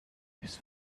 his